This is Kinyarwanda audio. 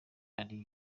ari